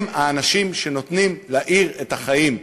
הם האנשים שנותנים לעיר את החיים,